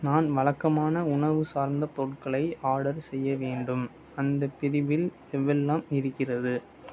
நான் வழக்கமான உணவு சார்ந்த பொருட்களை ஆடர் செய்ய வேண்டும் அந்தப் பிரிவில் எவ்வெல்லாம் இருக்கிறது